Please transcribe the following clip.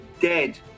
dead